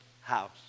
house